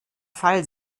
fall